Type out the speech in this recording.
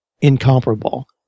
incomparable